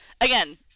Again